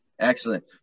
Excellent